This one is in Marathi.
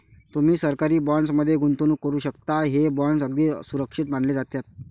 तुम्ही सरकारी बॉण्ड्स मध्ये गुंतवणूक करू शकता, हे बॉण्ड्स अगदी सुरक्षित मानले जातात